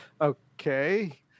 okay